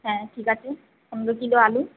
হ্য়াঁ ঠিক আছে পনেরো কিলো আলু